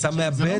זה לא מישהו,